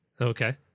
Okay